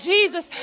Jesus